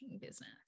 business